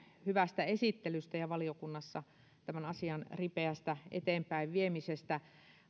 hyvästä esittelystä ja valiokunnassa tämän asian ripeästä eteenpäinviemisestä